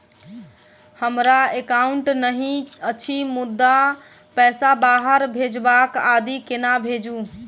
हमरा एकाउन्ट नहि अछि मुदा पैसा बाहर भेजबाक आदि केना भेजू?